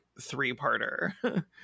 three-parter